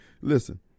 Listen